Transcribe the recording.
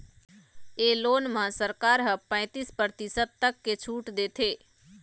ए loan म सरकार ह पैतीस परतिसत तक के छूट देथे